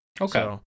Okay